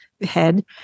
head